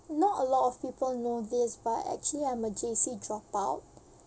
not a lot of people know this but actually I'm a J_C dropout